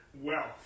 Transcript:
wealth